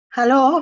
Hello